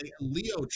Leo